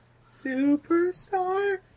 superstar